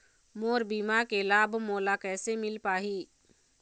मोर बीमा के लाभ मोला कैसे मिल पाही?